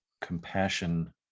compassion